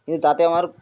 কিন্তু তাতে আমার